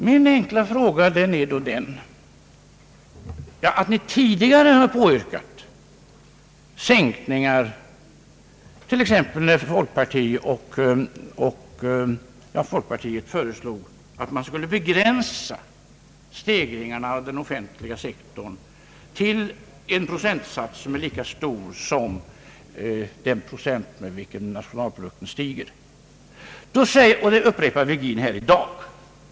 Ni har tidigare påyrkat skattesänkningar, t.ex. när folkpartiet föreslog att man skulle begränsa stegringarna inom den offentliga sektorn till en procentsats som är lika hög som den procentsats med vilken nationalprodukten stiger. Detta upprepar herr Virgin här i dag.